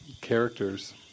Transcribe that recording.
characters